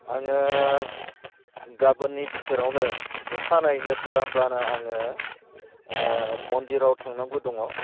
आङो गाबोननि बिथोरावनो अखानायैनो सोरांब्लानो आङो ओह मन्दिराव थांनांगौ दङ